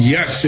Yes